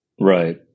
right